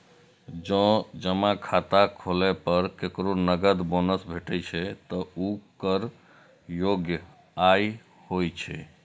जौं जमा खाता खोलै पर केकरो नकद बोनस भेटै छै, ते ऊ कर योग्य आय होइ छै